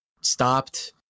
stopped